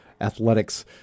athletics